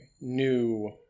new